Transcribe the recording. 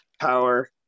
power